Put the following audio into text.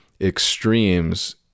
extremes